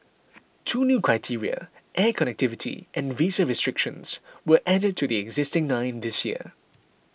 two new criteria air connectivity and visa restrictions were added to the existing nine this year